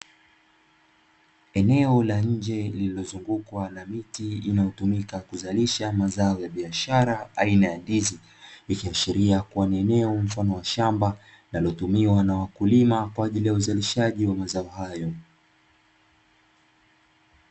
Eneo la nje lililozungukwa na miti inayotumika kuzalisha mazao ya biashara aina ya ndizi, ikiashiria kuwa ni eneo mfano wa shamba, linalotumiwa na wakulima kwa ajili ya uzalishaji wa mazao hayo.